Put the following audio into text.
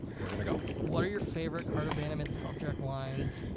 we're gonna go. what are your favorite cart abandonment subject lines?